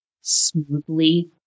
smoothly